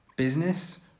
business